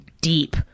Deep